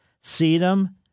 Sedum